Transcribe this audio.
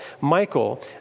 Michael